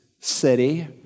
city